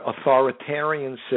authoritarian